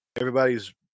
everybody's